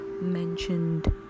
mentioned